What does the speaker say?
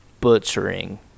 butchering